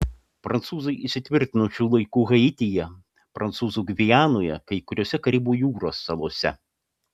prancūzai įsitvirtino šių laikų haityje prancūzų gvianoje kai kuriose karibų jūros salose